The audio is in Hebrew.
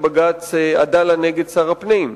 לבג"ץ "עדאלה" נגד שר הפנים.